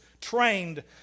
trained